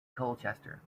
colchester